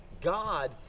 God